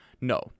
No